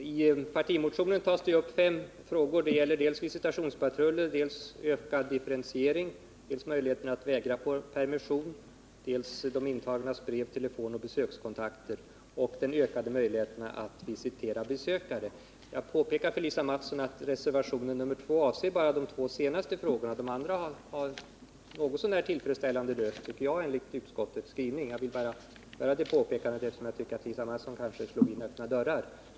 Herr talman! I vår partimotion tas fem frågor upp. De gäller visitationspatruller, ökad differentiering, möjligheten att vägra permission, de intagnas brev-, telefonoch besökskontakter samt den ökade möjligheten att visitera besökare. Jag vill påpeka för Lisa Mattson att reservationen 2 bara avser de två senaste frågorna; de andra har lösts något så när tillfredsställande enligt utskottets skrivning. Jag ville bara göra det påpekandet eftersom jag tyckte att Lisa Mattson slog in öppna dörrar.